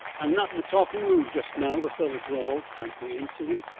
i'm not in the talkin' mood just now, the fellow drawled, frankly insolent,